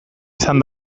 izan